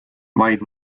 vaid